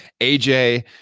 AJ